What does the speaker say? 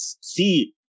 see